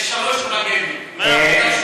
יש שלוש טרגדיות: האחת,